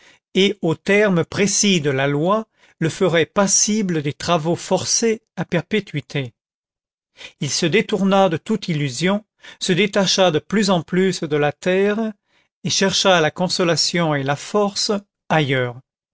et aux termes précis de la loi le ferait passible des travaux forcés à perpétuité il se détourna de toute illusion se détacha de plus en plus de la terre et chercha la consolation et la force ailleurs